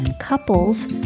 couples